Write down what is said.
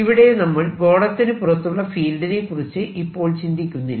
ഇവിടെ നമ്മൾ ഗോളത്തിനു പുറത്തുള്ള ഫീൽഡിനെ കുറിച്ച് ഇപ്പോൾ ചിന്തിക്കുന്നില്ല